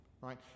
right